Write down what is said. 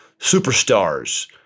superstars